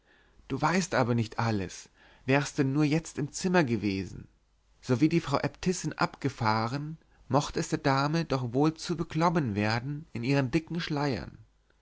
du weißt aber vielleicht nicht alles wärst du nur jetzt im zimmer gewesen sowie die frau äbtissin abgefahren mochte es der dame doch wohl zu beklommen werden in ihren dicken schleiern